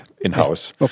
in-house